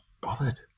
bothered